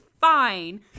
fine